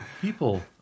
people